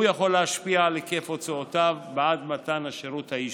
הוא יכול להשפיע על היקף הוצאותיו בעת מתן השירות האישי.